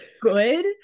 good